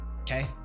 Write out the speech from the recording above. okay